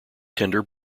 tender